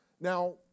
Now